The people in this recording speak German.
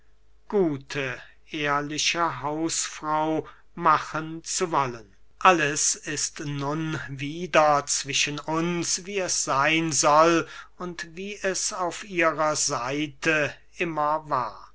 gute ehrliche hausfrau machen zu wollen alles ist nun wieder zwischen uns wie es seyn soll und wie es auf ihrer seite immer war